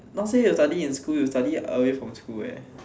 not say you study in school you study away from school eh